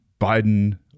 Biden